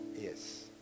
Yes